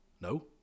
No